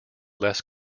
less